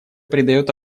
придает